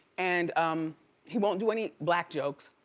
and um he won't do any black jokes,